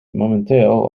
momenteel